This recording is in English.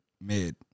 Mid